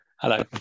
Hello